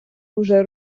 уже